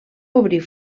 obrir